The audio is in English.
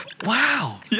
Wow